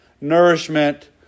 nourishment